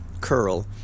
curl